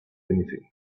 anything